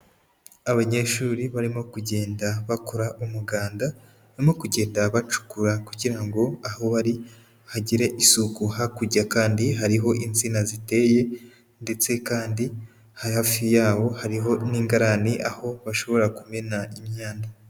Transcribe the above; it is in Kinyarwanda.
Abanyeshuri barimo kugenda bakora umuganda, barimo kugenda bacukura, kugira ngo aho bari hagire isuku, hakurya kandi hariho insina ziteye, ndetse kandi hafi yaho hariho n'ingarane, aho bashobora kumena imyanda.